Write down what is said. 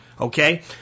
Okay